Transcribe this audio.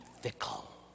fickle